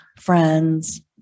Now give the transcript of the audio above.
friends